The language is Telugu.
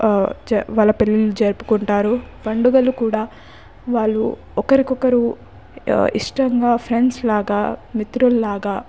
వాళ్ళ పెళ్ళిళ్ళు జరుపుకుంటారు పండుగలు కూడా వాళ్ళు ఒకరికొకరు ఇష్టంగా ఫ్రెండ్స్ లాగా మిత్రుల లాగా